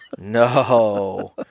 No